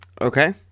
Okay